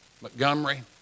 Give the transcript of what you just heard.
Montgomery